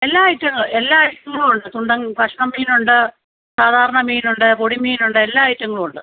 എല്ലാ ഐറ്റങ്ങൾ എല്ലാ ഐറ്റങ്ങളും ഉണ്ട് തുണ്ടൻ കഷ്ണം മീൻ ഉണ്ട് സാധാരണ മീൻ ഉണ്ട് പൊടി മീൻ ഉണ്ട് എല്ലാ ഐറ്റങ്ങളും ഉണ്ട്